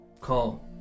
Call